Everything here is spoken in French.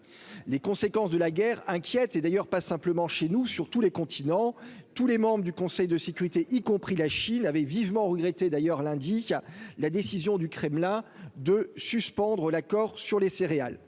les conséquences de la guerre inquiète et d'ailleurs pas simplement chez nous sur tous les continents, tous les membres du Conseil de sécurité, y compris la Chine avait vivement regretté d'ailleurs lundi à la décision du Kremlin de suspendre l'accord sur les céréales,